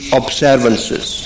observances